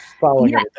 following